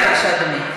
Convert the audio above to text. בבקשה, אדוני.